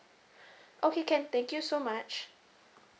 okay can thank you so much